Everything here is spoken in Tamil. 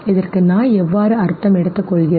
இதற்கு நாய் எவ்வாறு அர்த்தம் எடுத்து கொள்கிறது